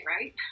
right